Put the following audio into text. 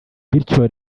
bityo